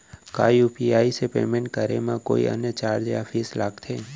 का यू.पी.आई से पेमेंट करे म कोई अन्य चार्ज या फीस लागथे?